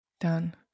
Done